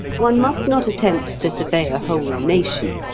one must not attempt to survey a whole nation,